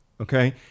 Okay